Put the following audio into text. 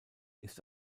ist